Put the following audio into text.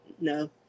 No